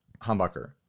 humbucker